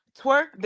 Twerk